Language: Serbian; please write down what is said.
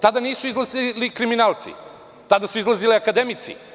Tada nisu izlazili kriminalci, tada su izlazili akademici.